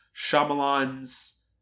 Shyamalan's